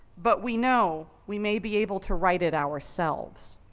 but we know we may be able to write it ourselves.